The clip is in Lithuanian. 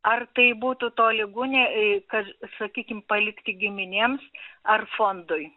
ar tai būtų tolygu ne į kad sakykime palikti giminėms ar fondui